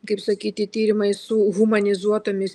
kaip sakyti tyrimai su humanizuotomis